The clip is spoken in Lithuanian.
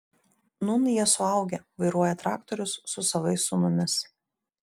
nūn jie suaugę vairuoja traktorius su savais sūnumis